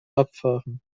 abfahren